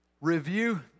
review